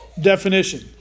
definition